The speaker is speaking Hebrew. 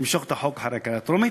למשוך את החוק לאחר הקריאה הטרומית.